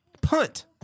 Punt